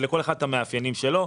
ולכל אחד יש את המאפיינים שלו.